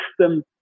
system